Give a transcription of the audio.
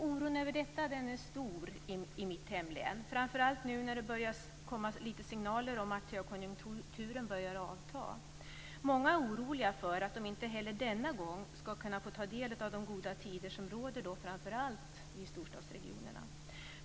Oron över detta är stor i mitt hemlän, framför allt nu när det börjar komma lite signaler om att högkonjunkturen börjar avta. Många är oroliga för att de inte heller denna gång ska kunna få ta del av de goda tider som råder framför allt i storstadsregionerna.